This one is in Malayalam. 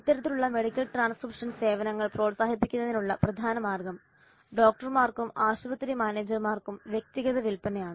ഇത്തരത്തിലുള്ള മെഡിക്കൽ ട്രാൻസ്ക്രിപ്ഷൻ സേവനങ്ങൾ പ്രോത്സാഹിപ്പിക്കുന്നതിനുള്ള പ്രധാന മാർഗ്ഗം ഡോക്ടർമാർക്കും ആശുപത്രി മാനേജർമാർക്കും വ്യക്തിഗത വിൽപനയാണ്